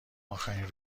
اخرین